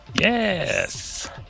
yes